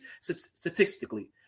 statistically